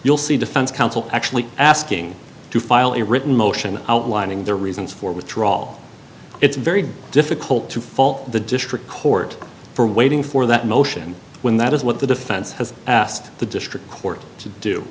you'll see defense counsel actually asking to file a written motion outlining their reasons for withdrawal it's very difficult to fault the district court for waiting for that motion when that is what the defense has asked the district court to do